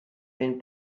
ein